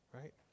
right